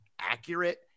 accurate